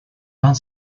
found